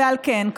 ועל כן,